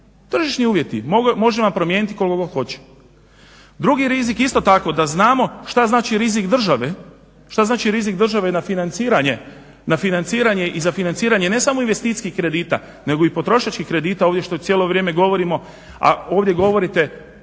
tržišni uvjeti. Možemo ga promijeniti koliko god hoćemo. Drugi rizik isto tako da znamo šta znači rizik države, šta znači rizik države na financiranje i za financiranje ne samo investicijskih kredita nego i potrošačkih kredita ovo što cijelo vrijeme govorimo, a ovdje govorite